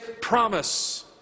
promise